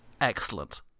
excellent